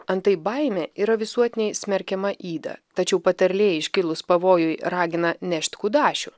antai baimė yra visuotinai smerkiama yda tačiau patarlė iškilus pavojui ragina nešti kudašių